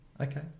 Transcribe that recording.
okay